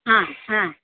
हा हा